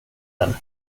den